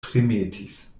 tremetis